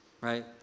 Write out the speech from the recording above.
right